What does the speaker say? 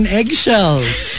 eggshells